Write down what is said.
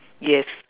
yes